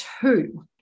two